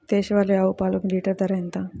దేశవాలీ ఆవు పాలు లీటరు ధర ఎంత?